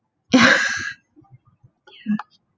ya ya